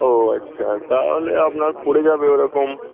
ও আচ্ছা তাহলে আপনার পড়ে যাবে ওরকম